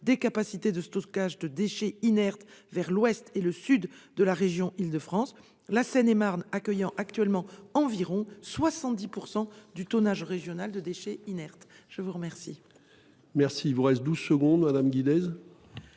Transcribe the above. des capacités de stockage de déchets inertes vers l'ouest et le sud de la région Île-de-France, la Seine-et-Marne accueillant actuellement environ 70 % du tonnage régional de déchets inertes. La parole